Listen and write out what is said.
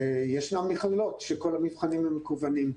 יש מכללות בהן כל המבחנים הם מקוונים.